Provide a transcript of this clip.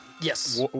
Yes